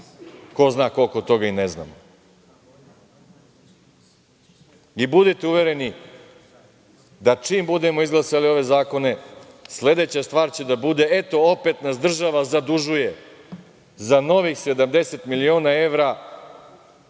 ko zna koliko toga i ne znamo. Budite uvereni da čim budemo izglasali ove zakone sledeća stvar će da bude, eto, opet nas država zadužuje za novih 70 miliona evra